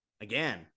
Again